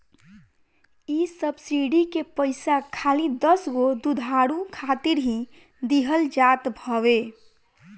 इ सब्सिडी के पईसा खाली दसगो दुधारू खातिर ही दिहल जात हवे